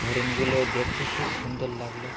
হরিনগুলো দেখতে খুব সুন্দর লাগলো